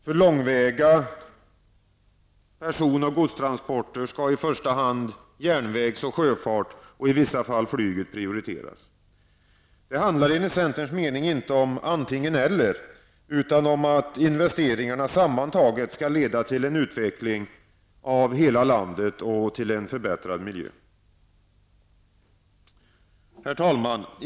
För långväga person och godstransporter skall i första hand järnväg och sjöfart samt i vissa fall flyget prioriteras. Det handlar enligt centerns mening inte om antingen eller, utan om att investeringarna sammantaget skall leda till en utveckling av hela landet och till en förbättrad miljö. Herr talman!